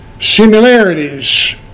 similarities